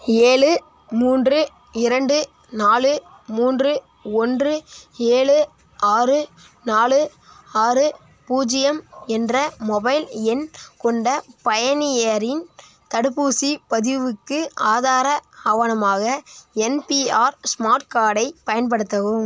ஏழு மூன்று இரண்டு நாலு மூன்று ஒன்று ஏழு ஆறு நாலு ஆறு பூஜ்ஜியம் என்ற மொபைல் எண் கொண்ட பயனியரின் தடுப்பூசிப் பதிவுக்கு ஆதார ஆவணமாக என்பிஆர் ஸ்மார்ட் கார்டை பயன்படுத்தவும்